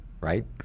Right